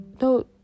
no